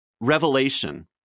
revelation